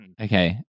Okay